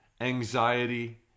anxiety